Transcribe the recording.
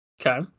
Okay